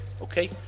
okay